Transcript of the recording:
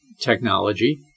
technology